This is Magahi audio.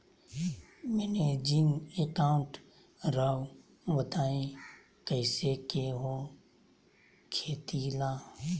मैनेजिंग अकाउंट राव बताएं कैसे के हो खेती ला?